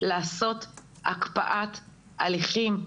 לעשות הקפאת הליכים.